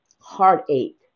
heartache